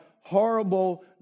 horrible